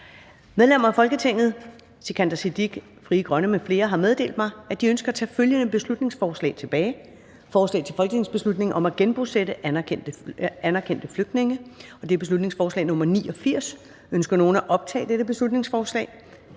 Medlemmer af Folketinget Sikandar Siddique (FG) m.fl. har meddelt mig, at de ønsker at tage følgende beslutningsforslag tilbage: Forslag til folketingsbeslutning om at genbosætte anerkendte flygtninge. (Beslutningsforslag nr. B 89). Ønsker nogen at optage dette beslutningsforslag?